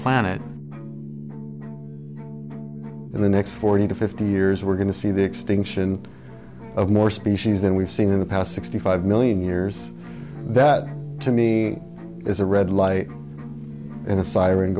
planet in the next forty to fifty years we're going to see the extinction of more species than we've seen in the past sixty five million years that to me is a red light and a siren